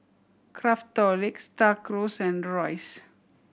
Craftholic Star Cruise and Royce